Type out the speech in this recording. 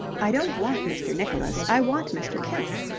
i don't want mr. nicholas. i want mr. kemp.